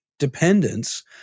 dependence